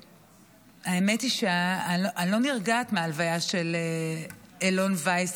האמת היא שאני לא נרגעת מהלוויה של אילון ויס,